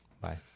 Bye